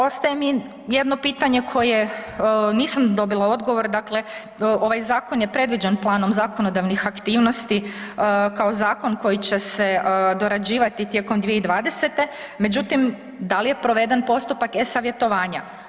Ostaje mi jedno pitanje koje nisam dobila odgovor, dakle, ovaj zakon je predviđen planom zakonodavnih aktivnosti kao zakon koji će se dorađivati tijekom 2020., međutim, da li je proveden postupak e-Savjetovanja?